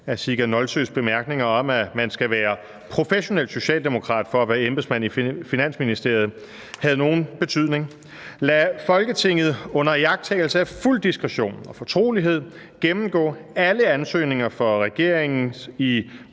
at Sigga Nolsøes bemærkninger om, at man skal være »professionel socialdemokrat« for at være embedsmand i Finansministeriet, havde nogen betydning, lade Folketinget under iagttagelse af fuld diskretion og fortrolighed gennemgå alle ansøgninger for regeringens